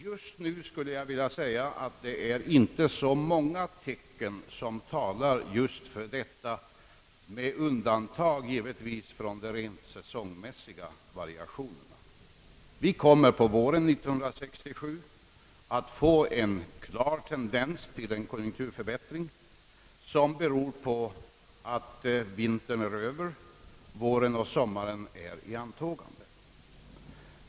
Jag vill säga att det just nu inte finns så många tecken som tyder på detta, givetvis med undantag för de rent säsongmässiga variationerna. Vi kommer på våren 1967 att få en klar tendens till en konjunkturförbättring som beror på att vintern är över och att våren och sommaren är i antågande.